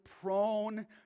prone